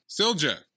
Silja